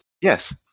Yes